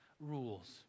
rules